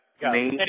Go